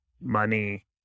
money